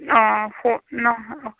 অ